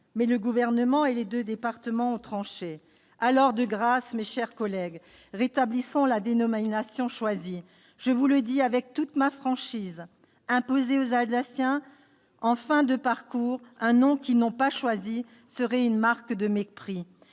Mais le Gouvernement et les deux départements ont tranché. Alors, de grâce, mes chers collègues, rétablissons la dénomination choisie ! Je vous le dis en toute franchise : imposer aux Alsaciens, en fin de parcours, un nom qu'ils n'ont pas choisi serait une marque de mépris